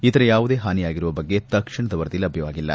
ಇತರೆ ಯಾವುದೇ ಹಾನಿಯಾಗಿರುವ ಬಗ್ಗೆ ತಕ್ಷಣದ ವರದಿ ಲಭ್ಯವಾಗಿಲ್ಲ